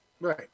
Right